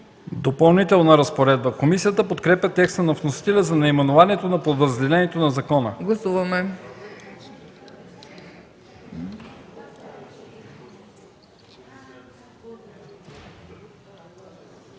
„Допълнителна разпоредба”. Комисията подкрепя текста на вносителя за наименованието на подразделението на закона.